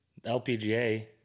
LPGA